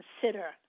consider